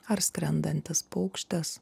ar skrendantis paukštis